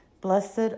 Blessed